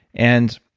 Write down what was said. and